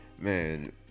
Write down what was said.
Man